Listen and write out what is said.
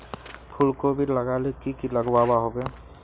फूलकोबी लगाले की की लागोहो होबे?